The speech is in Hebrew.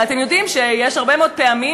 הרי אתם יודעים שיש הרבה מאוד פעמים,